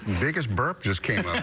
biggest burp just can't.